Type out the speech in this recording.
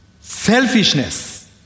Selfishness